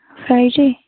فاے جی